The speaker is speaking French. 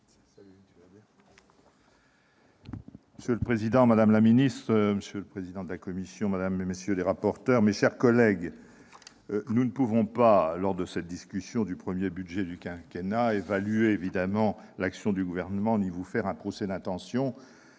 Monsieur le président, madame la ministre, monsieur le président de la commission, madame, messieurs les rapporteurs, mes chers collègues, nous ne pouvons évidemment pas, lors de la discussion de ce premier budget du quinquennat, évaluer l'action du Gouvernement ni lui faire un procès d'intention.